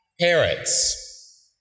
parents